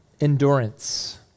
endurance